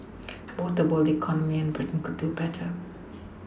both the world economy and Britain could do better